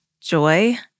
joy